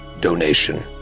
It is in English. donation